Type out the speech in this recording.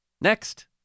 Next